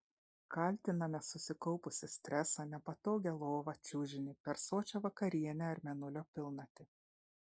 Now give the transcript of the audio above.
kaltiname susikaupusį stresą nepatogią lovą čiužinį per sočią vakarienę ar mėnulio pilnatį